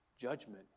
judgment